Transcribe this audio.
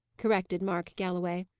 corrected mark galloway.